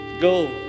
Go